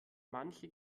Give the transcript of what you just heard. manche